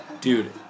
Dude